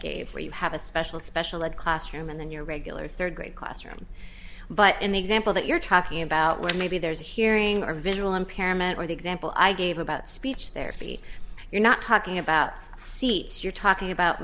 gave where you have a special special ed classroom and then your regular third grade classroom but in the example that you're talking about where maybe there's hearing our visual impairment or the example i gave about speech therapy you're not talking about seats you're talking about